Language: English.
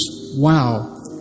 wow